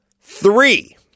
three